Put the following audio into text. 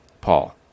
Paul